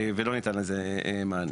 ולא ניתן לזה מענה.